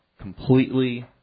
Completely